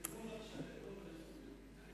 תרגום בבקשה, תרגום.